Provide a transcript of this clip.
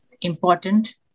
Important